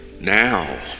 now